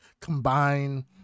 combine